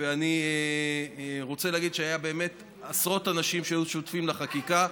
ואני רוצה להגיד שהיו באמת עשרות אנשים שהיו שותפים לחקיקה,